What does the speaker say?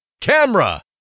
camera